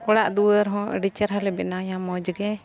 ᱚᱲᱟᱜ ᱫᱩᱣᱟᱹᱨ ᱦᱚᱸ ᱟᱹᱰᱤ ᱪᱮᱨᱦᱟ ᱞᱮ ᱵᱮᱱᱟᱣᱟ ᱢᱚᱡᱽ ᱜᱮ